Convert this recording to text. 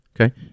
Okay